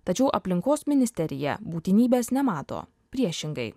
tačiau aplinkos ministerija būtinybės nemato priešingai